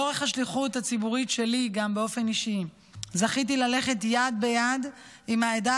לאורך השליחות הציבורית שלי גם באופן אישי זכיתי ללכת יד ביד עם העדה